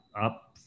up